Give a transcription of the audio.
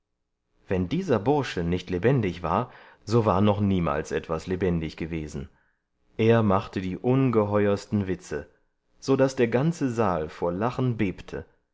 wenn dieser bursche nicht lebendig war so war noch niemals etwas lebendig gewesen er machte die ungeheuersten witze so daß der ganze saal vor lachen bebte